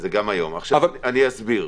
אני אסביר: